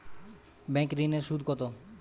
Bank ঋন এর সুদ কত?